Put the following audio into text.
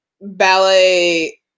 ballet